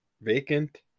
vacant